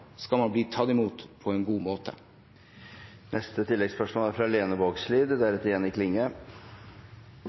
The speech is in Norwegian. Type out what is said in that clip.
skal man bli tatt imot på en god måte.